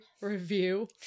review